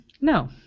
No